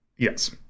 Yes